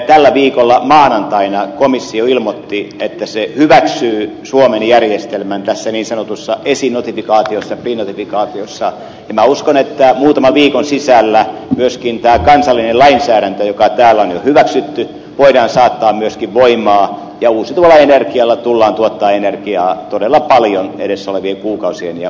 tällä viikolla maanantaina komissio ilmoitti että se hyväksyy suomen järjestelmän tässä niin sanotussa esinotifikaatiossa prenotifikaatiossa ja minä uskon että muutaman viikon sisällä myöskin tämä kansallinen lainsäädäntö joka täällä on jo hyväksytty voidaan saattaa myöskin voimaan ja uusiutuvalla energialla tullaan tuottamaan energiaa todella paljon edessä olevien kuukausien ja